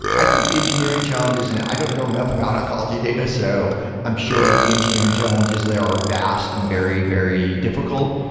i think the engineering challenges and i don't know enough about oncology data. so i'm sure the engineering challenges there are vast and very, very difficult.